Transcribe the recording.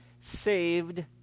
saved